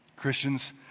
Christians